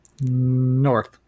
North